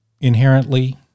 inherently